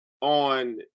on